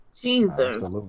Jesus